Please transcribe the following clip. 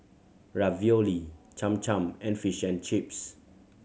Ravioli Cham Cham and Fish and Chips